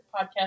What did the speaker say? podcast